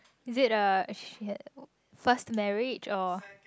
is it her uh she had first marriage or